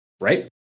right